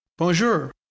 Bonjour